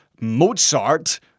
Mozart